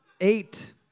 eight